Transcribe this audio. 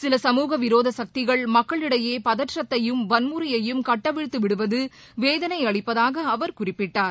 சில சமூக விரோத சக்திகள் மக்களிடையே பதற்றத்தையும் வன்முறையையும் கட்டவிழ்த்து விடுவது வேதனையளிப்பதாக அவர் குறிப்பிட்டார்